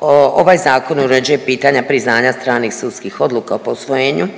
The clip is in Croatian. ovaj zakon uređuje pitanja priznanja stranih sudskih odluka o posvojenju